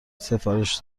سفارش